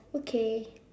okay